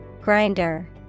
Grinder